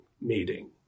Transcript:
meeting